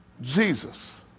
Jesus